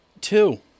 Two